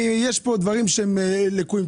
יש כאן דברים שהם לקויים.